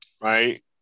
right